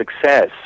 success